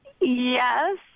Yes